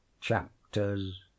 CHAPTERS